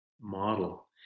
model